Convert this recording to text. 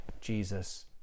jesus